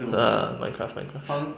ah minecraft minecraft